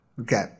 Okay